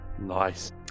Nice